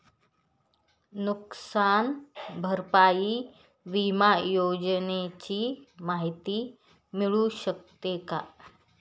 नुकसान भरपाई विमा योजनेची माहिती मिळू शकते का?